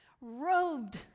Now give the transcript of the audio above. robed